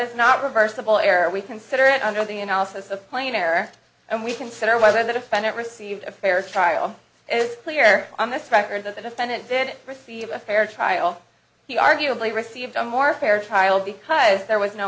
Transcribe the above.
is not reversible error we consider it under the analysis of plain error and we consider whether the defendant received a fair trial it is clear on this record that the defendant did receive a fair trial he arguably received a more fair trial because there was no